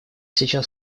сейчас